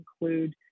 include